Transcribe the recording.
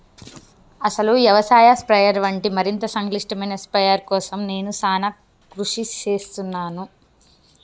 అసలు యవసాయ స్ప్రయెర్ వంటి మరింత సంక్లిష్టమైన స్ప్రయెర్ కోసం నేను సానా కృషి సేస్తున్నాను